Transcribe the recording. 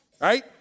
right